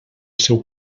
seu